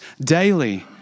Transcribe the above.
daily